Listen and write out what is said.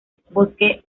bosques